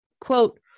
quote